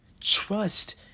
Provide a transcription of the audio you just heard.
Trust